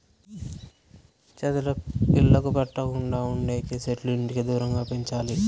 చెదలు ఇళ్లకు పట్టకుండా ఉండేకి సెట్లు ఇంటికి దూరంగా పెంచాలి